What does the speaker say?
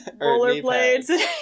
rollerblades